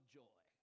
joy